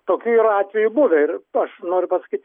tokių yra atvejų buvę ir aš noriu pasakyt